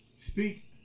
Speak